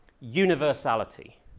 universality